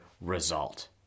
result